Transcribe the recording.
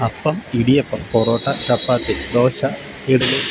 അപ്പം ഇടിയപ്പം പൊറോട്ട ചപ്പാത്തി ദോസ ഇഡ്ഡലി